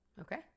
Okay